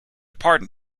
pardon